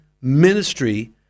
ministry